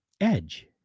Edge